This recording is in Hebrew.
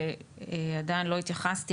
ועדיין לא התייחסתי.